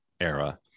era